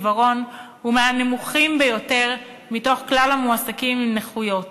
עיוורון הוא מהנמוכים ביותר מתוך כלל המועסקים עם נכויות,